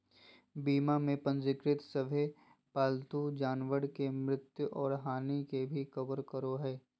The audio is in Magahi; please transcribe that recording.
बीमा में पंजीकृत सभे पालतू जानवर के मृत्यु और हानि के भी कवर करो हइ